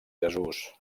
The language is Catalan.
jesús